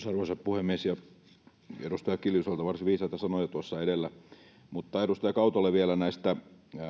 arvoisa puhemies edustaja kiljuselta varsin viisaita sanoja tuossa edellä mutta edustaja autolle vielä näistä